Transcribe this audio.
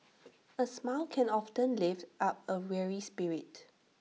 A smile can often lift up A weary spirit